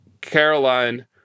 Caroline